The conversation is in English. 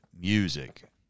music